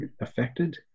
affected